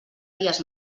dies